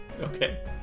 Okay